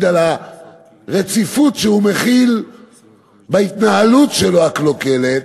על הרציפות שהוא מחיל בהתנהלות הקלוקלת שלו.